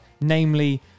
namely